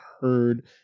heard